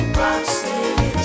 rocksteady